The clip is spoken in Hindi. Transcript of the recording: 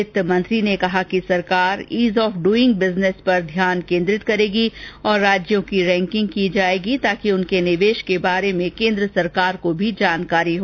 वित्त मंत्री ने कहा कि सरकार ईज आफ डूइंग बिजनिस पर ध्यान केन्द्रित करेगी और राज्यों की रैंकिंग की जाएगी ताकि उनके निवेश के बारे में केन्द्र सरकार को भी जानकारी हो